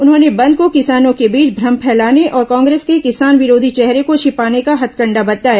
उन्होंने बंद को किसानों के बीच भ्रम फैलाने और कांग्रेस के किसान विरोधी चेहरे को छिपाने का हथकंडा बताया